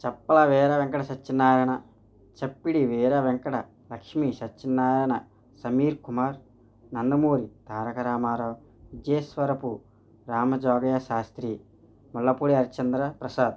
Chappala Veera Venkata Satyanarayana Chappidi Veera Venkata Lakshmi Satyanarayana Sameer Kumar Nandamuri Taraka Ramarao Jeswarapu Rama Jogayya Sastry Mullapudi Harishchandra Prasad